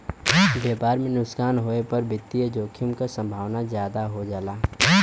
व्यापार में नुकसान होये पर वित्तीय जोखिम क संभावना जादा हो जाला